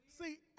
See